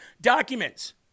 documents